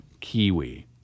Kiwi